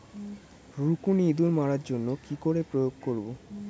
রুকুনি ইঁদুর মারার জন্য কি করে প্রয়োগ করব?